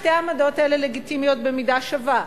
שתי העמדות האלה לגיטימיות במידה שווה,